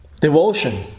devotion